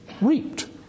reaped